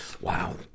Wow